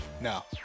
No